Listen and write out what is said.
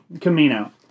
Camino